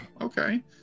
okay